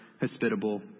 hospitable